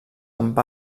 amb